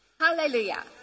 hallelujah